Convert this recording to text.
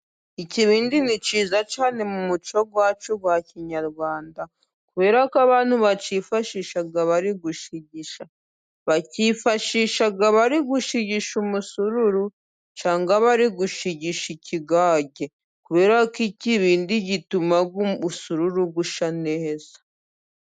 Ikibindi ni cyiza cyane mu muco wacu wa kinyarwanda kubera ko abantu bacyifashisha bari gushigisha. Bakifashisha bari gushigisha umusururu cyangwa bari gushigisha ikigage kubera ko ikibindi gituma umusuru usa neza.